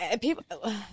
people